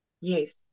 yes